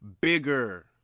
bigger